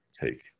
take